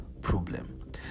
problem